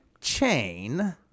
chain